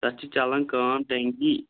تَتھ چھِ چَلان کٲم ٹینٛکی